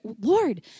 Lord